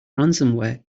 ransomware